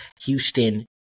Houston